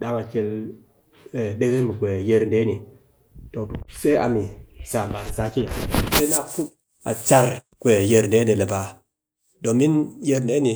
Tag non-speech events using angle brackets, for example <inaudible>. Dang a kel deke mɨ yiyir dee ni, too be sai a miyi, sam baa di ya sake <noise> an di muw, sai na put a char yer dee ni le baa dpmin yee dee ni